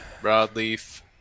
Broadleaf